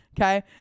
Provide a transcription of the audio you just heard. okay